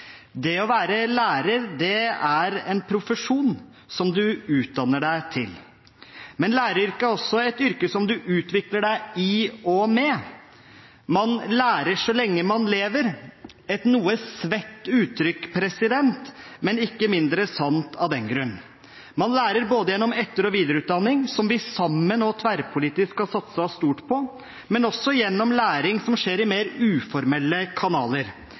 Det å være lærer er en profesjon som en utdanner seg til, men læreryrket er også et yrke som en utvikler seg i og med. Man lærer så lenge man lever – et noe «svett» uttrykk, men ikke mindre sant av den grunn. Man lærer både gjennom etter- og videreutdanning – som vi sammen og tverrpolitisk har satset stort på – og gjennom læring som skjer i mer uformelle kanaler,